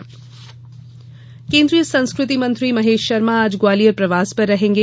संस्कृति मंत्री केन्द्रीय संस्कृति मंत्री महेश शर्मा आज ग्वालियर प्रवास पर रहेंगे